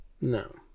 No